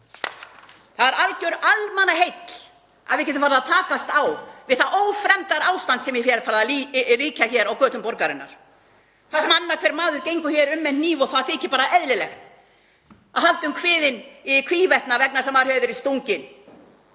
Það er alger almannaheill að við getum farið að takast á við það ófremdarástand sem farið er að ríkja hér á götum borgarinnar þar sem annar hver maður gengur hér um með hníf og það þykir bara eðlilegt að halda um kviðinn í hvívetna vegna þess að maður hefur verið stunginn.